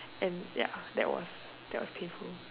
and ya that was that was painful